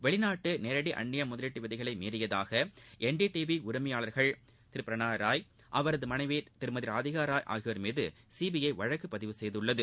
வெளிநாட்டு நேரடி அன்னிய முதலீட்டு விதிகளை மீறியதாக என்டி டிவி உரிமையாளர்கள் திரு பிரணாய் ராய் அவரது மனைவி ராதிகா ராய் ஆகியோர் மீது சிபிஐ வழக்குப்பதிவு செய்துள்ளது